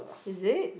is it